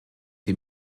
die